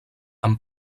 amb